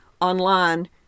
online